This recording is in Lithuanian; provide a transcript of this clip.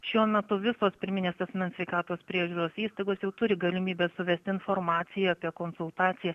šiuo metu visos pirminės asmens sveikatos priežiūros įstaigos jau turi galimybę suvesti informaciją apie konsultaciją